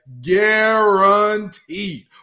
guaranteed